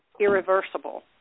irreversible